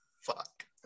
fuck